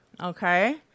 Okay